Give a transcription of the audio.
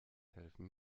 helfen